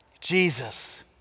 Jesus